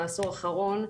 בעשור האחרון,